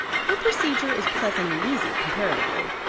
her procedure is pleasant and easy, comparatively.